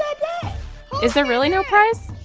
is there really no prize?